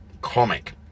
comic